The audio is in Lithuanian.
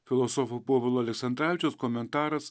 filosofo povilo aleksandravičiaus komentaras